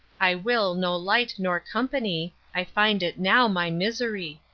i will no light nor company, i find it now my misery.